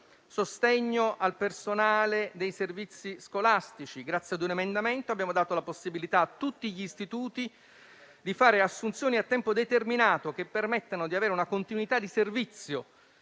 previsto sostegno al personale dei servizi scolastici: grazie ad un emendamento abbiamo dato la possibilità a tutti gli istituti di fare assunzioni a tempo determinato che permettano di avere una continuità di servizio